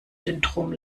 syndrom